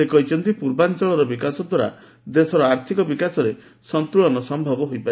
ସେ କହିଛନ୍ତି ପୂର୍ବାଂଚଳର ବିକାଶ ଦ୍ୱାରା ଦେଶର ଆର୍ଥିକ ବିକାଶରେ ସନ୍ତୂଳନ ସନ୍ତୂଳନ